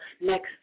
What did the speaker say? next